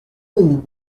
riden